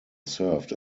served